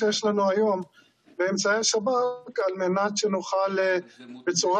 כי הונחה היום על שולחן הכנסת,